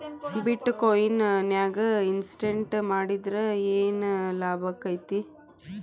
ಬಿಟ್ ಕೊಇನ್ ನ್ಯಾಗ್ ಇನ್ವೆಸ್ಟ್ ಮಾಡಿದ್ರ ಯೆನ್ ಲಾಭಾಕ್ಕೆತಿ?